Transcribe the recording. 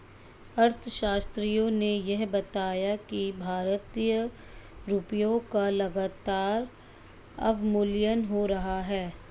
अर्थशास्त्रियों ने यह बताया कि भारतीय रुपयों का लगातार अवमूल्यन हो रहा है